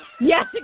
Yes